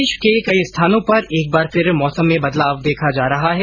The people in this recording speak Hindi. प्रदेश में कई स्थानों पर एक बार फिर मौसम में बदलाव देखा जा रहा है